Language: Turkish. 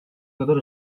kadar